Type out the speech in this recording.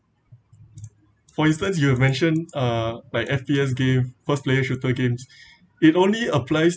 for instance you have mention uh like F_P_S games first player shooter games it only applies